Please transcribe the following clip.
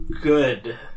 good